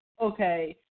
okay